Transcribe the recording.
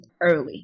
early